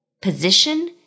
position